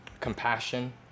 compassion